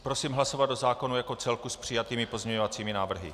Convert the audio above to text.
Prosím hlasovat o zákonu jako celku s přijatými pozměňovacími návrhy.